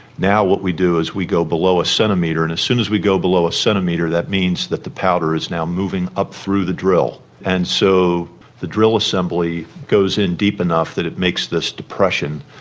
now what we do is we go below a centimetre, and as soon as we go below a centimetre that means that the powder is now moving up through the drill. and so the drill assembly goes in deep enough that it makes this depression.